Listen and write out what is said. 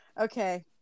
Okay